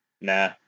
Nah